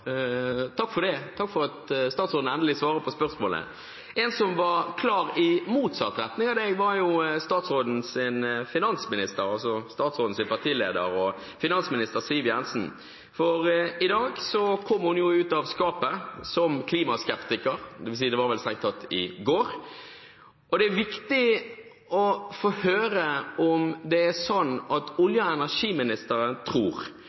Takk for det – takk for at statsråden endelig svarer på spørsmålet. En som var klar i motsatt retning av statsråden, var statsrådens partileder, finansminister Siv Jensen. I dag – dvs. det var vel strengt tatt i går – kom hun ut av skapet som klimaskeptiker, og det er viktig å få høre om olje- og energiministeren tror at finansministerens manglende tro på menneskeskapte klimaendringer vil påvirke hennes vilje til å gi subsidier til oljenæringen, sånn at olje